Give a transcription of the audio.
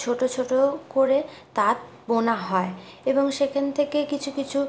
ছোট ছোট করে তাঁত বোনা হয় এবং সেখান থেকে কিছু কিছু